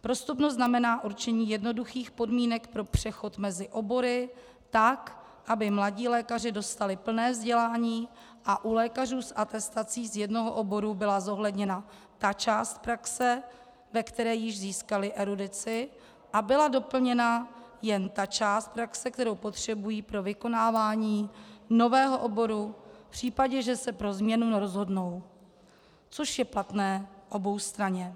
Prostupnost znamená určení jednoduchých podmínek pro přechod mezi obory, aby mladí lékaři dostali plné vzdělání a u lékařů s atestací z jednoho oboru byla zohledněna ta část praxe, ve které již získali erudici, a byla doplněna jen ta část praxe, kterou potřebují pro vykonávání nového oboru v případě, že se pro změnu rozhodnou, což je platné oboustranně.